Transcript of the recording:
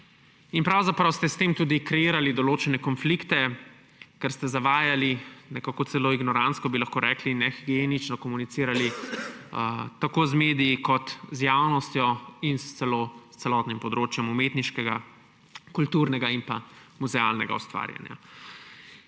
Pravzaprav ste s tem tudi kreirali določene konflikte, ker ste zavajali, celo ignorantsko, bi lahko rekli, nehigienično komunicirali tako z mediji kot z javnostjo in s celotnim področjem umetniškega, kulturnega in muzealnega ustvarjanja.